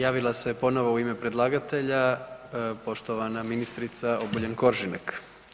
Javila se ponovo u ime predlagatelja poštovana ministrica Obuljen Koržinek.